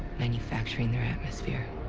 manufacturing their atmosphere.